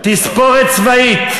תספורת צבאית.